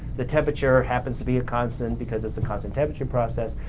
the temperature happens to be a constant because it's a constant temperature process.